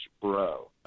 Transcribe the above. bro